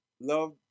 Love